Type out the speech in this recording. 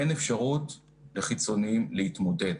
אין אפשרות לחיצוניים להתמודד.